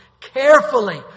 carefully